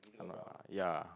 don't know lah ya